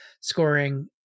scoring